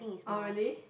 oh really